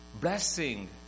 blessing